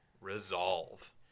resolve